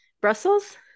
Brussels